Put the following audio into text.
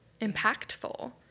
impactful